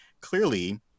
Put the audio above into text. clearly